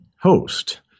host